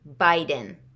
Biden